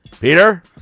Peter